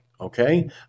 okay